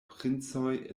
princoj